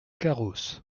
carros